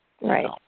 Right